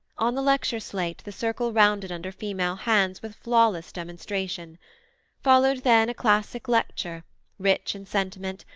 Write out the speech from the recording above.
on the lecture slate the circle rounded under female hands with flawless demonstration followed then a classic lecture rich in sentiment,